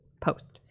Post